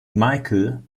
michael